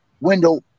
window